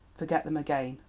forget them again.